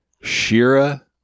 Shira